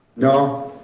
no.